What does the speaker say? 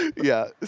yeah,